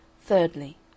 Thirdly